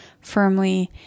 firmly